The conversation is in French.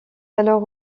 alors